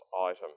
item